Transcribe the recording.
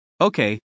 okay